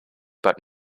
but